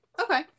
Okay